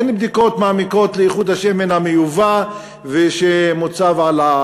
אין בדיקות מעמיקות של איכות השמן המיובא ושמוצב על,